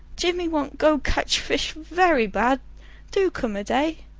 jimmy want go kedge fis very bad do come a day.